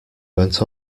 went